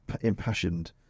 impassioned